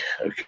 Okay